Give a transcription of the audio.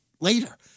later